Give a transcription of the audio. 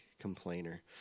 complainer